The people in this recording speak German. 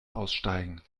aussteigen